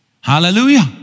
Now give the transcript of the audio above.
Hallelujah